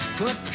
put